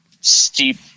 steep